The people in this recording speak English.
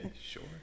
sure